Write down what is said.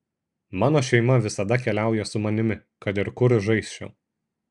mano šeima visada keliauja su manimi kad ir kur žaisčiau